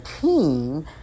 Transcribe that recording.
team